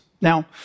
Now